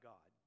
God